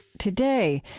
today,